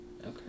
Okay